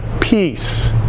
peace